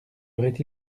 aurait